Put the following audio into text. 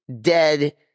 dead